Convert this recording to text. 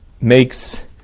makes